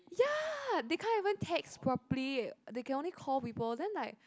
ya they can't even text properly they can only call people then like